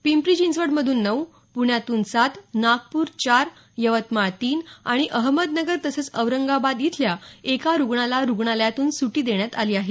पिंपरी चिंचवडमधून नऊ प्ण्यातून सात नागपूर चार यवतमाळ तीन आणि अहमदनगर तसंच औरंगाबाद इथल्या एका रुग्णाला रुग्णालयातून सुटी देण्यात आली आहे